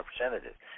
Representatives